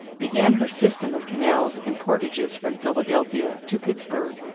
began her system of canals and portages from philadelphia to pittsburgh,